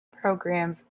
programs